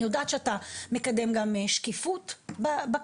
אני יודעת שאתה מקדם גם שקיפות בקרן